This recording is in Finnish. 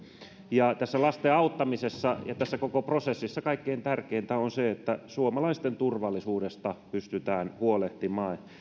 ja tässä lasten auttamisessa ja tässä koko prosessissa kaikkein tärkeintä on se että suomalaisten turvallisuudesta pystytään huolehtimaan